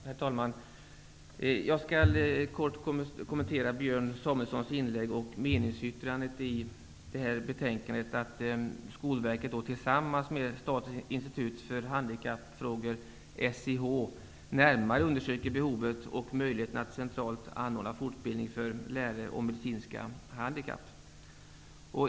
Herr talman! Jag skall helt kort kommentera Björn Samuelsons inlägg och även hans meningsyttring i betänkandet. Det föreslås att Skolverket tillsammans med Statens institut för handikappfrågor, SIH, närmare undersöker behovet och möjligheten att centralt anordna fortbildning för lärare om medicinska handikapp.